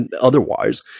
Otherwise